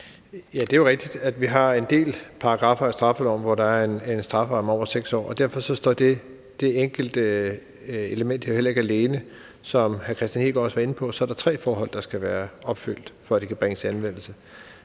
Ja, det er jo rigtigt, at vi har en del paragraffer i straffeloven, hvor der er en strafferamme på over 6 år, og derfor står det enkelte element her heller ikke alene. Som hr. Kristian Hegaard også var inde på, er der tre forhold, der skal være opfyldt, for at det kan bringes i anvendelse: